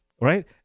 right